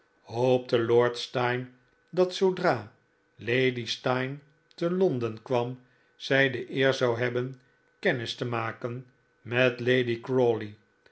hoopte lord steyne dat zoodra lady steyne te londen kwam zij de eer zou hebben kennis te maken met lady